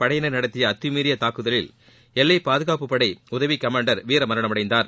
படையினர் நடத்திய அத்தமீறிய தாக்குதலில் எல்லை பாதுகாப்புப் படை உதவி கமாண்டர் வீரமரணம் அடைந்தார்